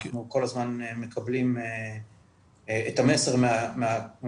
אנחנו כל הזמן מקבלים את המסר מהשטח,